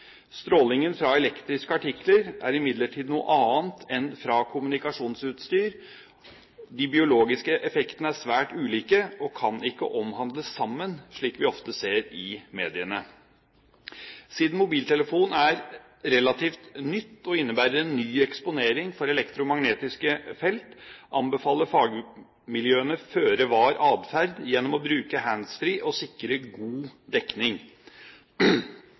Strålingen fra elektriske artikler er imidlertid noe annet enn fra kommunikasjonsutstyr. De biologiske effektene er svært ulike og kan ikke omhandles sammen, slik vi ofte ser i mediene. Siden mobiltelefon er relativt nytt og innebærer en ny eksponering for elektromagnetiske felt, anbefaler fagmiljøene en føre-var-atferd gjennom å bruke handsfree og sikre god dekning